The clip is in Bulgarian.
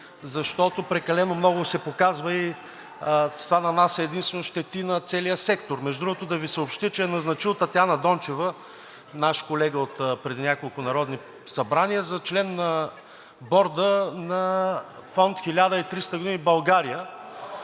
защото прекалено много се показва и с това нанася единствено щети на целия сектор. Между другото, да Ви съобщя, че е назначил Татяна Дончева, наш колега отпреди няколко народни събрания, за член на Борда на Фонд „1300 години България“,